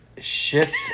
Shift